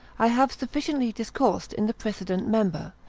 i have sufficiently discoursed in the precedent member,